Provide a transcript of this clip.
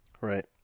Right